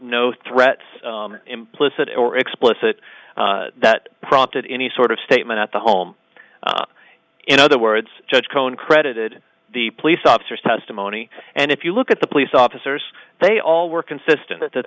no threats implicit or explicit that prompted any sort of statement at the home in other words judge cohn credited the police officers testimony and if you look at the police officers they all were consistent that th